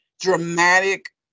dramatic